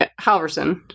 Halverson